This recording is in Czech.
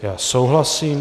Já souhlasím.